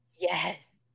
Yes